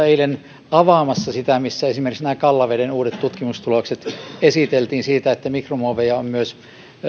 eilen missä esiteltiin esimerkiksi nämä kallaveden uudet tutkimustulokset että mikromuoveja on myös